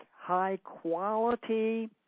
high-quality